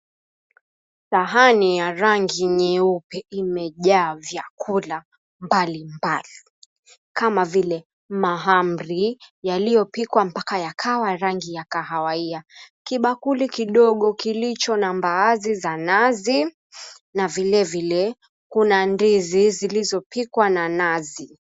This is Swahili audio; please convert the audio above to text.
Sahani ya rangi nyeupe imejaa vyakula mbalimbali. Kama vile; mahamri, yaliyopikwa mpaka yakawa rangi ya kahawia. Kibakuli kidogo kilicho na mbaazi za nazi, na vile vile kuna ndizi zilizopikwa na nazi.